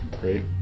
Great